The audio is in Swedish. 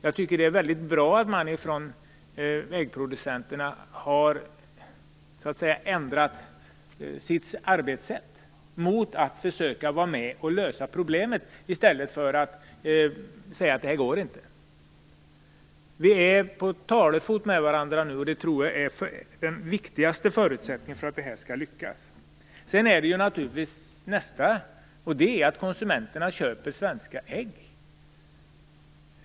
Jag tycker att det är väldigt bra att äggproducenterna har ändrat sitt arbetssätt för att försöka vara med och lösa problemet i stället för att säga att det inte går. Vi är på talefot med varandra nu, och det tror jag är den viktigaste förutsättningen för att det här skall lyckas. Nästa sak är naturligtvis att konsumenterna köper svenska ägg.